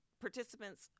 participants